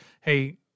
Hey